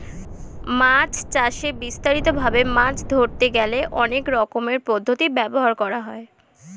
মাছ চাষে বিস্তারিত ভাবে মাছ ধরতে গেলে অনেক রকমের পদ্ধতি ব্যবহার করা হয়